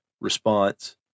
response